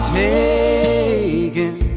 taken